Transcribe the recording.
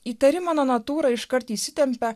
įtari mano natūra iškart įsitempia